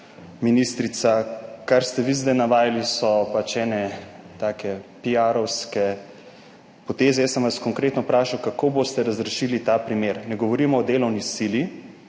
ministrica, kar ste vi zdaj navajali, so pač ene take piarovske poteze. Jaz sem vas konkretno vprašal, kako boste razrešili ta primer. Ne govorimo o delovni sili,